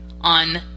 On